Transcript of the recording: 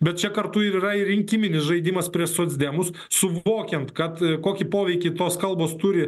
bet čia kartu ir yra ir rinkiminis žaidimas prieš socdemus suvokiant kad kokį poveikį tos kalbos turi